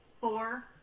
Four